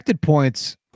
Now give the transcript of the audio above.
points